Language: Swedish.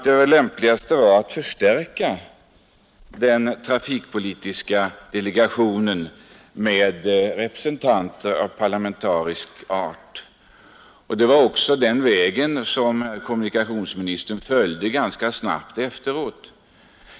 Det lämpligaste var att förstärka den trafikpolitiska delegationen med representanter av parlamentarisk art. Det var också den vägen som riksdagen och kommunikationsministern följde. Jag tyckte att departementet var ganska snabbt i vändningen att effektuera riksdagens beslut.